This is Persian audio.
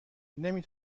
نمی